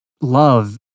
love